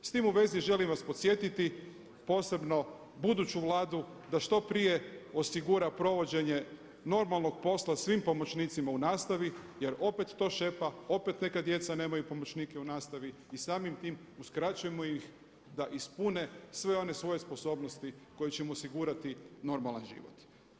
S tim u vezi želim vas podsjetiti posebno buduću Vladu da što prije osigura provođenje normalnog posla svim pomoćnicima u nastaviti jer opet to šepa opet neka djeca nemaju pomoćnike u nastavi i samim uskraćujemo ih da ispune sve one svoje sposobnosti koje će mu osigurati normalan život.